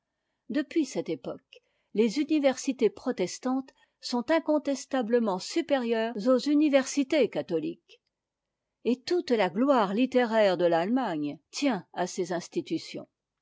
depuis cette époque les universités protestantes sont incontestablement supérieures aux universités catholiques et toute la gloire littéraire de l'allemangne tient à ces institutions